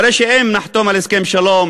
שאם נחתום על הסכם שלום